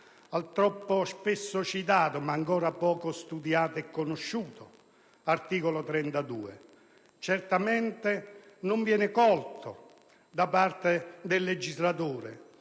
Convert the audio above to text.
al troppo spesso citato, ma ancora poco studiato e conosciuto articolo 32. Certamente non viene colto da parte del legislatore